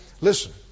Listen